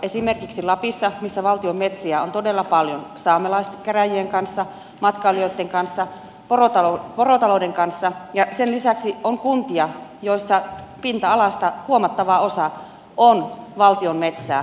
esimerkiksi lapissa missä valtion metsiä on todella paljon täytyy neuvotella saamelaiskäräjien kanssa matkailijoitten kanssa porotalouden kanssa ja sen lisäksi on kuntia joissa pinta alasta huomattava osa on valtion metsää